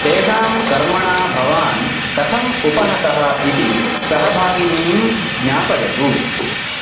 तेषां कर्मणा भवान् कथम् उपहतः इति सहभागिनीं ज्ञापयतु